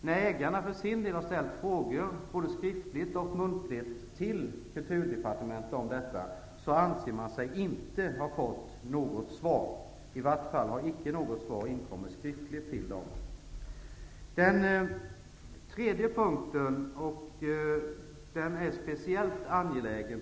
Ägarna har ställt både skriftliga och muntliga frågor till Kulturdepartementet om detta, men de anser inte att de har fått något svar. Det har i alla fall inte inkommit något skriftligt svar till dem. Den tredje punkten är speciellt angelägen.